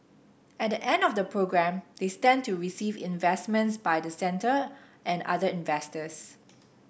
at the end of the programme they stand to receive investments by the centre and other investors